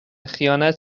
خیانت